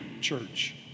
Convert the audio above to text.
church